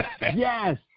Yes